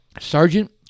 Sergeant